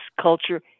culture